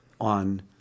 on